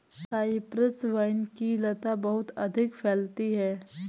Cyprus vine की लता बहुत अधिक फैलती है